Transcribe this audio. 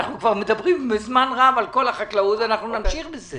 אנחנו מדברים כבר זמן רב על כל החקלאות ואנחנו נמשיך בזה.